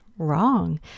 wrong